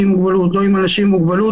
עם מוגבלות ולא עם אנשים עם מוגבלות,